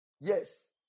Yes